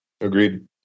Agreed